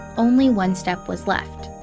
only one step was left,